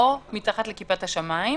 או מתחת לכיפת השמיים.